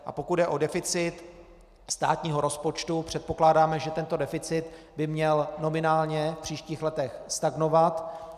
A pokud jde o deficit státního rozpočtu, předpokládáme, že tento deficit by měl nominálně v příštích letech stagnovat.